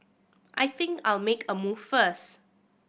I think I'll make a move first